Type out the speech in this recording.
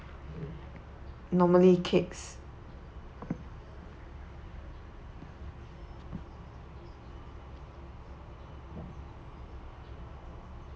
normally cakes